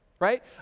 right